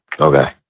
Okay